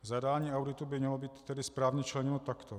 Zadání auditu by mělo být tedy správně členěno takto: